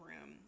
room